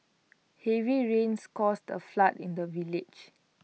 heavy rains caused A flood in the village